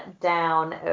down